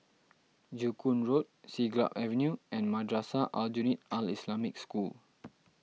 Joo Koon Road Siglap Avenue and Madrasah Aljunied Al Islamic School